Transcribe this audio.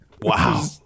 Wow